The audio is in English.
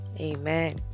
Amen